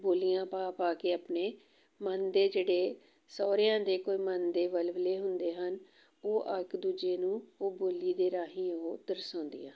ਬੋਲੀਆਂ ਪਾ ਪਾ ਕੇ ਆਪਣੇ ਮਨ ਦੇ ਜਿਹੜੇ ਸਹੁਰਿਆਂ ਦੇ ਕੋਈ ਮਨ ਦੇ ਵਲਵਲੇ ਹੁੰਦੇ ਹਨ ਉਹ ਇੱਕ ਦੂਜੇ ਨੂੰ ਉਹ ਬੋਲੀ ਦੇ ਰਾਹੀਂ ਉਹ ਦਰਸਾਉਂਦੀਆਂ ਹਨ